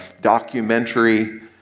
documentary